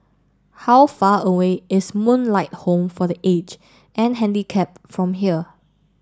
how far away is Moonlight Home for the Aged and Handicapped from here